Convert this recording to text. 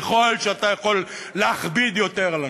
ככל שאתה יכול להכביד יותר על אנשים,